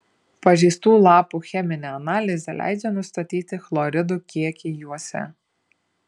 pažeistų lapų cheminė analizė leidžia nustatyti chloridų kiekį juose